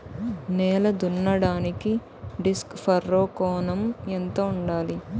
నేల దున్నడానికి disc furrow కోణం ఎంత ఉండాలి?